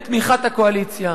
בתמיכת הקואליציה.